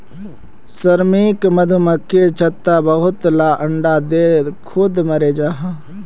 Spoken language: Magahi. श्रमिक मधुमक्खी छत्तात बहुत ला अंडा दें खुद मोरे जहा